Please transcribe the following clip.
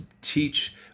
teach